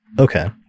Okay